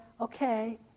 okay